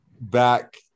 back